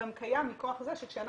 גם קיים מכוח זה שלדוגמה,